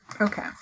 Okay